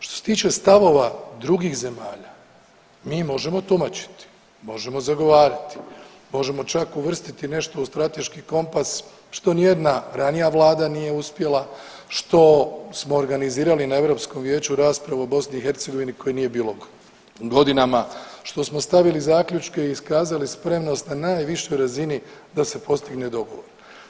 Što se tiče stavova drugih zemalja mi možemo tumačiti, možemo zagovarati, možemo čak uvrstiti nešto u strateški kompas što nijedna ranija vlada nije uspjela, što smo organizirali na Europskom vijeću raspravu o BiH koje nije bilo godinama, što smo stavili zaključke i iskazali spremnost na najvišoj razini da se postigne dogovor.